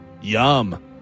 Yum